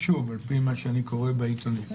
על פי מה שאני קורא בעיתונים,